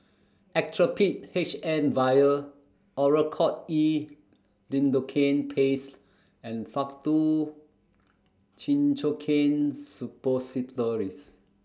Actrapid H M Vial Oracort E Lidocaine Paste and Faktu Cinchocaine Suppositories